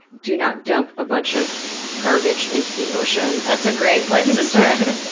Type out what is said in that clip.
do not dump a bunch of garbage into the ocean, that's a great place to start.